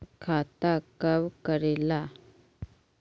खाता कब करेला?